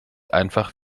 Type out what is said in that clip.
einfach